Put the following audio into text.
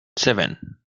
seven